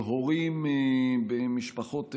הורים במשפחות חד-הוריות,